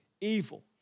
evil